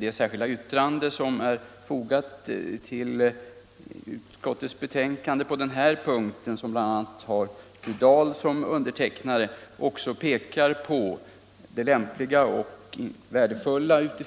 Det särskilda yttrande som är fogat till utskottets betänkande på den här punkten och som bl.a. har fru Dahl som undertecknare pekar på det lämpliga och värdefulla uti